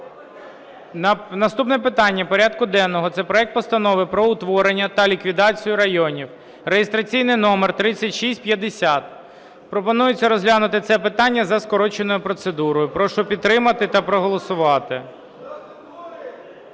Наступне питання порядку денного – це проект Постанови про утворення та ліквідацію районів (реєстраційний номер 3650). Пропонується розглянути це питання за скороченою процедурою. Прошу підтримати та проголосувати.